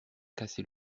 casser